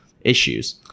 issues